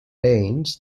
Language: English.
range